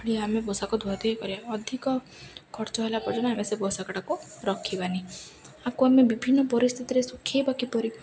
ଆମେ ପୋଷାକ ଧୁଆଧୋଇ କରିବା ଅଧିକ ଖର୍ଚ୍ଚ ହେଲା ପର୍ଯ୍ୟନ୍ତ ଆମେ ସେ ପୋଷାକଟାକୁ ରଖିବାନି ଆକୁ ଆମେ ବିଭିନ୍ନ ପରିସ୍ଥିତିରେ ଶୁଖାଇବା କିପରି